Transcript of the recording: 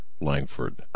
Langford